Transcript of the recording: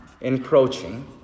encroaching